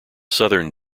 southern